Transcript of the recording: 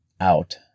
out